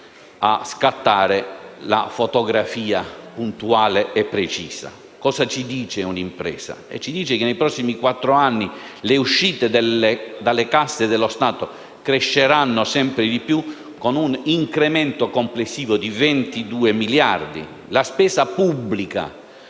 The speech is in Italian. a scattare la fotografia puntuale e precisa. L'impresa ci dice che nei prossimi quattro anni le uscite dalle casse dello Stato cresceranno sempre di più, con un incremento complessivo di 22 miliardi di euro, la spesa pubblica